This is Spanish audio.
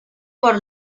por